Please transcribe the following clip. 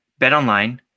BetOnline